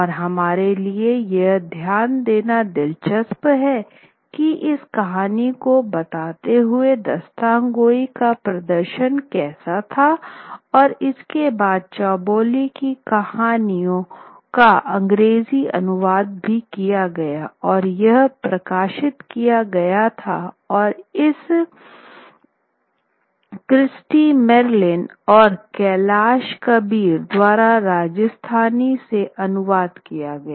और हमारे लिए यह ध्यान देना दिलचस्प है की इस कहानी को बताते हुए दास्तानगोई का प्रदर्शन कैसे था और इसके बाद चौबोली की कहानियों का अंग्रेजी अनुवाद भी किया गया और यह प्रकाशित किया गया था और यह क्रिस्टी मेरिल और कैलाश कबीर द्वारा राजस्थानी से अनुवादित किया गया